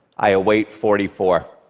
i await forty four.